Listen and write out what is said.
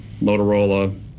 Motorola